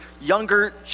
younger